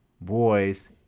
boys